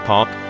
Park